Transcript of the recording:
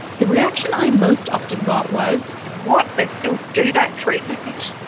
the reaction i most often got was, what? they still do that treatment?